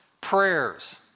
prayers